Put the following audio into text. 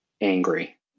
angry